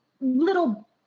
little